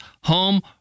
home